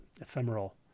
ephemeral